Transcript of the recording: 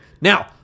Now